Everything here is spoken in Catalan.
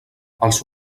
els